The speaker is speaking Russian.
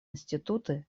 институты